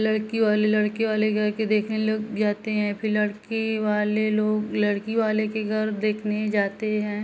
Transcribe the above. लड़की वाले लड़के वाले घर के देखने लोग जाते हैं फिर लड़की वाले लोग लड़की वाले के घर देखने जाते हैं